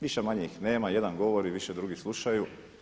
Više-manje ih nema, jedan govori, više drugi slušaju.